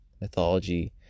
mythology